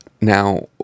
Now